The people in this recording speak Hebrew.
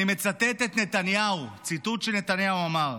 אני מצטט את נתניהו, ציטוט שנתניהו אמר: